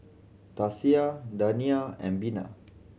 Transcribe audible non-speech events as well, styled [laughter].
Tasia [unintelligible] and Bena